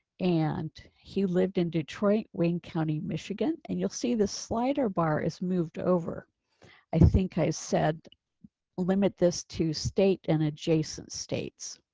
and he lived in detroit wayne county, michigan, and you'll see the slider bar is moved over i think i said limit this to state and adjacent states.